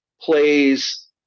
plays